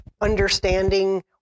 understanding